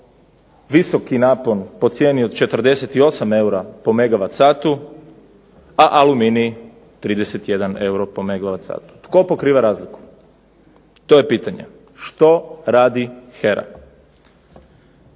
visoki napon po cijeni od 48 eura po megawat satu, a aluminij 31 euro po megawat satu. Tko pokriva razliku, to je pitanje. Što radi HERA?